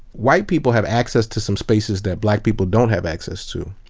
white people have access to some spaces that black people don't have access to,